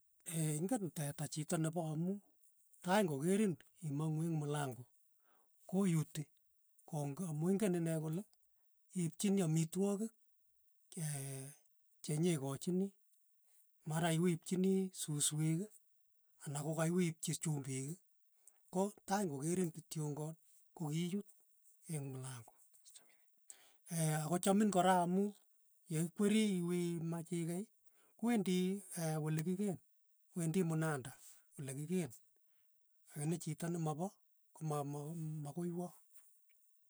Ee ing'en teta chito nepa amu tai ng'okerin imang'u eng' mulango koyuti kong' amu ing'en ine kole iipchini amitwokik chenyekochini, mara iwiipchini susweek ana kokawiipchi chumbik ii, ko tai kokerin kityongan, kokiyut eng' mulango, akochamin kora amu yeikweri iwii imach ikei kwendi olekikeen, wendi munanda olekikeen, lakini chito nemapa koma ma- makoi wa.